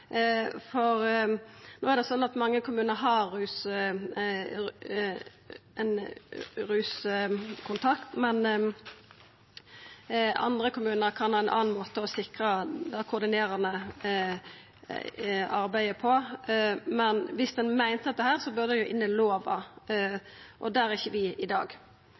Mange kommunar har ein ruskontakt, mens andre kommunar kan ha ein annan måte å sikra det koordinerande arbeidet på. Viss ein meinte dette, bør det inn i lova, og der er vi ikkje i dag.